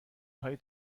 های